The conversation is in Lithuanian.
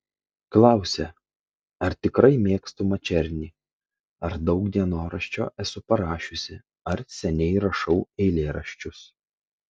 klausia ar tikrai mėgstu mačernį ar daug dienoraščio esu parašiusi ar seniai rašau eilėraščius